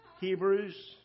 Hebrews